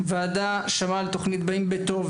הוועדה שמעה על התוכנית "באים בטוב",